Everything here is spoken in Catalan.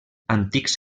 antics